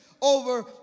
over